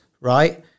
right